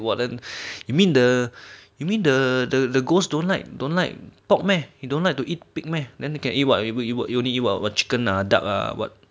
!wah! then you mean the you mean the the ghosts don't like don't like pork meh he don't like to eat pig meh then you can eat what you only what chicken uh duck uh what